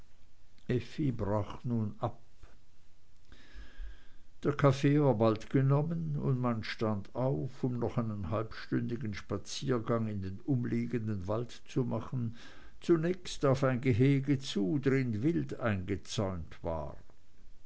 brach nun ab der kaffee war bald genommen und man stand auf um noch einen halbstündigen spaziergang in den umliegenden wald zu machen zunächst auf ein gehege zu drin wild eingezäunt war